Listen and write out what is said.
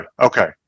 okay